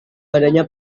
badannya